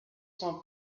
son